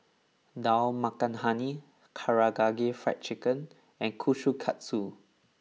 Dal Makhani Karaage Fried Chicken and Kushikatsu